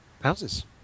houses